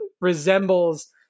resembles